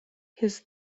his